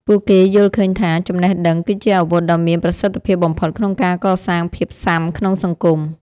ពួកគេយល់ឃើញថា ចំណេះដឹងគឺជាអាវុធដ៏មានប្រសិទ្ធភាពបំផុតក្នុងការកសាងភាពស៊ាំក្នុងសង្គម។